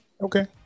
Okay